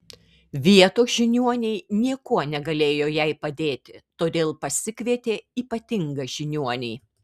vietos žiniuoniai niekuo negalėjo jai padėti todėl pasikvietė ypatingą žiniuonį